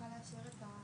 זנו,